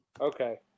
Okay